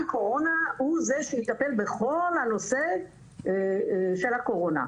הקורונה הוא זה שיטפל בכל הנושא של הקורונה.